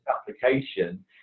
application